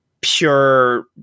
pure